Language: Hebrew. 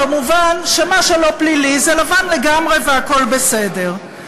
במובן שמה שלא פלילי זה לבן לגמרי והכול בסדר.